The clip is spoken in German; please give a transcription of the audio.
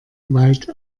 weit